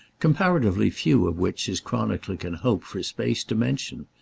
comparatively few of which his chronicler can hope for space to mention.